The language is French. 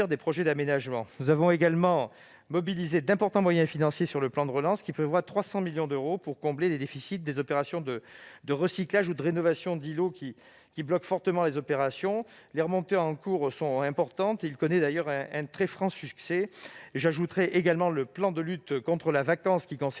des projets d'aménagement. Nous avons également mobilisé d'importants moyens financiers dans le plan de relance, qui prévoit 300 millions d'euros pour combler les déficits des opérations de recyclage ou de rénovation d'îlots bloquant fortement les opérations. Les remontées en cours sont importantes. Le plan connaît d'ailleurs un franc succès. Je mentionne également le plan de lutte contre la vacance, qui concerne